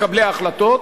מקבלי ההחלטות,